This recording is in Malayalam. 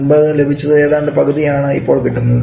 മുൻപേ ലഭിച്ചതിന് ഏതാണ്ട് പകുതി ആണ് ഇപ്പോൾ കിട്ടുന്നത്